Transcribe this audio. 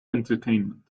entertainment